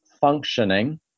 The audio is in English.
functioning